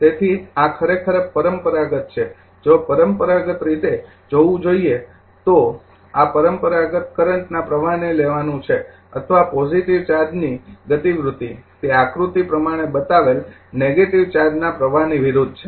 તેથી આ ખરેખર પરંપરાગત છે જો પરંપરાગત રીતે જોવું જોઈએ તો આ પરંપરાગત કરંટના પ્રવાહને લેવાનું છે અથવા પોજિટિવ ચાર્જની ગતિવૃત્તિ તે આકૃતિ પ્રમાણે બતાવેલ નેગેટિવ ચાર્જના પ્રવાહની વિરુદ્ધ છે